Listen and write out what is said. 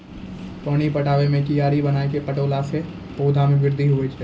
पानी पटाबै मे कियारी बनाय कै पठैला से पौधा मे बृद्धि होय छै?